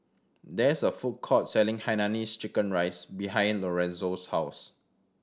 there is a food court selling Hainanese chicken rice behind Lorenzo's house